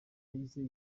yahise